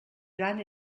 gran